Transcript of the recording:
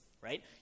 right